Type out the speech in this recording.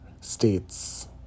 states